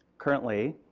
currently